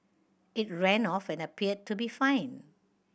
it ran off and appeared to be fine